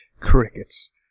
Crickets